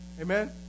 Amen